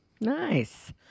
Nice